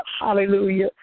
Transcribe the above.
hallelujah